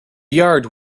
yard